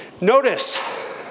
Notice